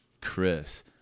Chris